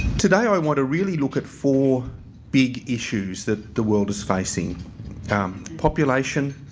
today i want to really look at four big issues that the world is facing um population,